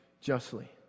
justly